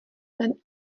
ten